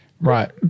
Right